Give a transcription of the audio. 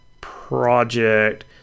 project